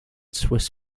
swiss